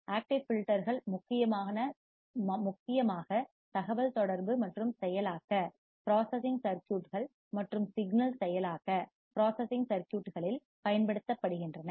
active ஃபில்டர்கள் முக்கியமாக தகவல் தொடர்பு மற்றும் செயலாக்க ப்ராசஸ்சிங் சர்க்யூட்கள் மற்றும் சிக்னல் செயலாக்க ப்ராசஸ்சிங் சர்க்யூட்களில் பயன்படுத்தப்படுகின்றன